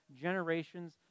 generations